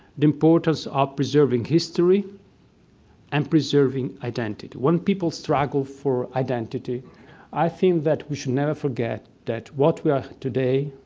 the importance of ah preserving history and preserving identity. when people struggle for identity i think that we should never forget that what we are today,